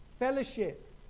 Fellowship